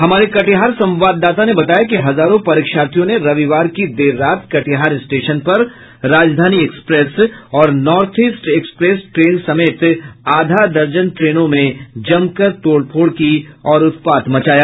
हमारे कटिहार संवाददाता ने बताया कि हजारों परीक्षार्थियों ने रविवार की देर रात कटिहार स्टेशन पर राजधानी एक्सप्रेस और नार्थ ईस्ट एक्सप्रेस ट्रेन समेत आधा दर्जन ट्रेनों में जमकर तोड़फोड़ किया और उत्पात मचाया